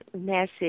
message –